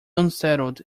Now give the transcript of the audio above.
unsettled